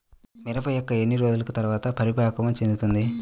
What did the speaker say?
మిరప మొక్క ఎన్ని రోజుల తర్వాత పరిపక్వం చెందుతుంది?